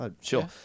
Sure